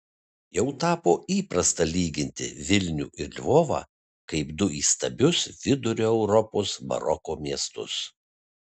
jau tapo įprasta lyginti vilnių ir lvovą kaip du įstabius vidurio europos baroko miestus